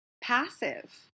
passive